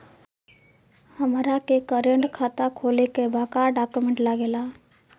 हमारा के करेंट खाता खोले के बा का डॉक्यूमेंट लागेला?